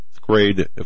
grade